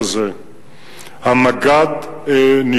המקרה הספציפי הזה,